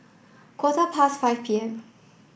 quarter past five P M